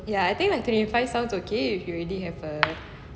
ya I think like twenty five sounds okay if you already have a